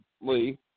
Lee